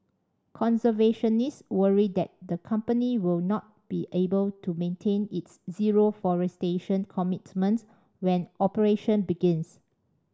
conservationists worry that the company will not be able to maintain its zero forestation commitment when operation begins